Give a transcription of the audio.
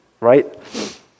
right